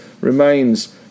remains